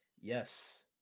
Yes